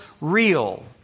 real